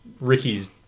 Ricky's